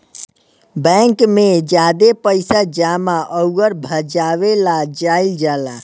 bank में ज्यादे पइसा जमा अउर भजावे ला जाईल जाला